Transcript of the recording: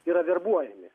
yra verbuojami